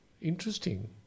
Interesting